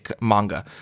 manga